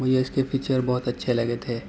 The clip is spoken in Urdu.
مجھےاس کے فیچر بہت اچھے لگے تھے